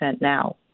now